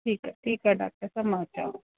ठीकु आहे ठीकु आहे डाक्टर साहब मां अचांव थी